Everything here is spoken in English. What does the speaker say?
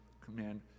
command